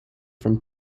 from